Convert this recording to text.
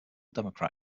democrat